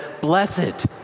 blessed